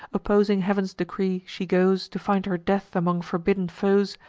opposing heav'n's decree, she goes to find her death among forbidden foes,